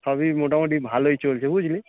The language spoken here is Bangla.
সবই মোটামুটি ভালোই চলছে বুঝলি